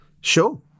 Sure